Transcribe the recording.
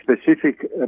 specific